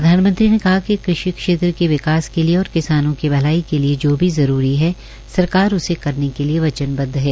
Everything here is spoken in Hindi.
प्रधानमंत्री ने कहा कि कृषि क्षेत्र के विकास के लिए और किसानों की भलाई के लिए जो भी जरूरी है सरकार उसे करने के लिए वचनबदव है